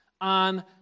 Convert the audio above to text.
on